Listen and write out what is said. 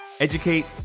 educate